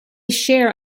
share